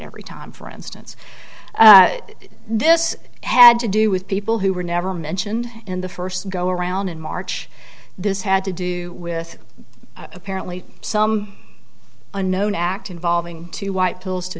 every time for instance this had to do with people who were never mentioned in the first go around in march this had to do with apparently some unknown act involving two white pills to